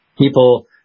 People